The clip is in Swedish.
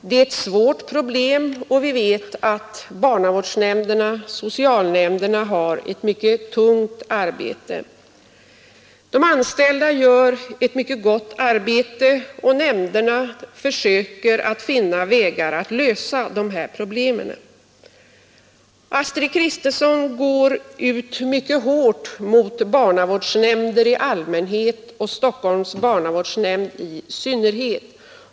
Det är ett svårt problem, och vi vet att barnavårdsnämnderna och socialnämnderna har ett mycket tungt arbete. De anställda gör en mycket god insats, och nämnderna försöker finna vägar att lösa problemen. Fru Kristensson går ut mycket hårt mot barnavårdsnämnder i allmänhet och Stockholms barnavårdsnämnd i synnerhet.